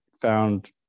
found